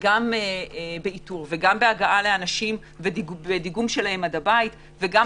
גם באיתור וגם בהגעה לאנשים ודיגום שלהם עד הבית וגם